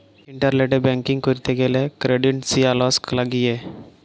internet banking ক্যরতে গ্যালে credentials লাগিয়ে